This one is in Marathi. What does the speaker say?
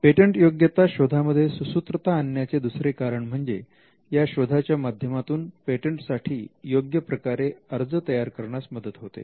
पेटंटयोग्यता शोधा मध्ये सुसूत्रता आणण्याचे दुसरे कारण म्हणजे या शोधाच्या माध्यमातून पेटंटसाठी योग्य प्रकारे अर्ज तयार करण्यास मदत होते